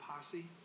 posse